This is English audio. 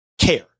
Care